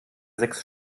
sechs